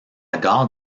gare